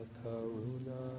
karuna